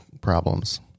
problems